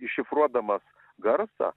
iššifruodamas garsą